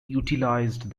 utilized